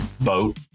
boat